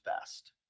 best